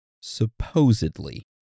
Supposedly